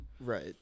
Right